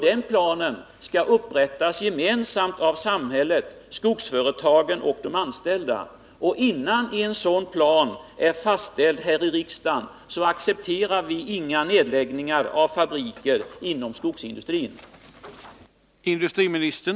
Den planen skall upprättas gemensamt av samhället, skogsföretagen och de anställda. Innan en sådan plan är fastställd här i riksdagen accepterar vi inte några nedläggningar av fabriker inom skogsindustrin.